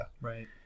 Right